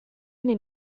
anni